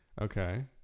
Okay